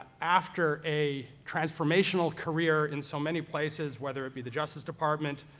after a transformational career in so many places, whether it be the justice department,